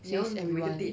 says everyone